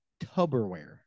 Tupperware